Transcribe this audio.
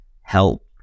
help